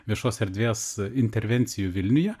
viešos erdvės intervencijų vilniuje